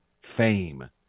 fame